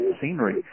scenery